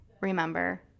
remember